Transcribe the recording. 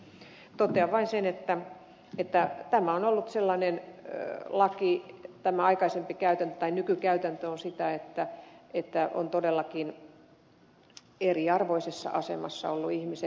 totean vain sen että tämä on ollut sellainen laki tämä aikaisempi käytäntö nykykäytäntö on sitä että ovat todellakin eriarvoisessa asemassa olleet ihmiset